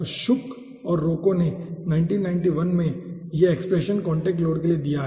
तो शुक और रोको ने 1991 में यह एक्सप्रेशन कॉन्टैक्ट लोड के लिए दिया है